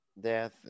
Death